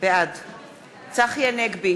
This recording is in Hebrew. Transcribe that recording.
בעד צחי הנגבי,